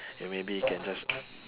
and maybe you can just